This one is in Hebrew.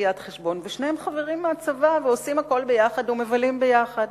ושניהם חברים מהצבא ומבלים יחד.